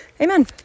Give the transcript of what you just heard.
Amen